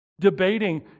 Debating